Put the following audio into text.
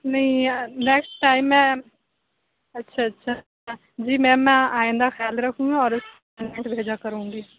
نہیں یار next time ma'am اچھا اچھا جی میم میں آئندہ خیال رکھوں گی اور اُس کو ٹائم پہ بھیجا کروں گی